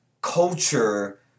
culture